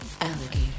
alligator